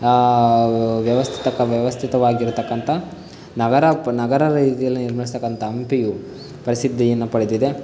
ವ್ಯವಸ್ಥಿತ ವ್ಯವಸ್ಥಿತವಾಗಿರತಕ್ಕಂತಹ ನವರಾಪ್ ನಗರ ರೀತಿಯಲ್ಲಿ ನಿರ್ಮಿಸಕ್ಕಂಥ ಹಂಪಿಯು ಪ್ರಸಿದ್ಧಿಯನ್ನು ಪಡೆದಿದೆ